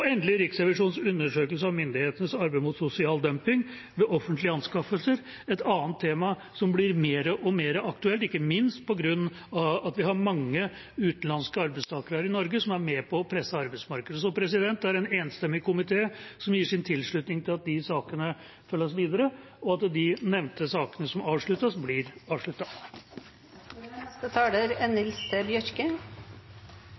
endelig: Riksrevisjonens undersøkelse av myndighetenes arbeid mot sosial dumping ved offentlige anskaffelser. Det er et annet tema som blir mer og mer aktuelt, ikke minst på grunn av at vi har mange utenlandske arbeidstakere i Norge, som er med på å presse arbeidsmarkedet. Det er en enstemmig komité som gir sin tilslutning til at de sakene følges videre, og at de nevnte sakene som avsluttes, blir